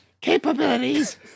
capabilities